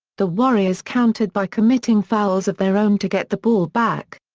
the warriors countered by committing fouls of their own to get the ball back.